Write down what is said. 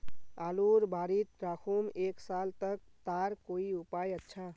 आलूर बारित राखुम एक साल तक तार कोई उपाय अच्छा?